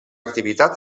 activitat